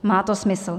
Má to smysl.